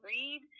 Read